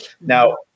Now